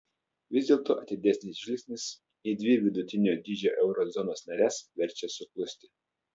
vis dėlto atidesnis žvilgsnis į dvi vidutinio dydžio euro zonos nares verčia suklusti